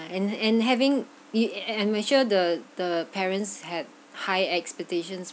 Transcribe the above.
and and having it I I I'm sure the the parents had high expectations